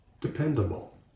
dependable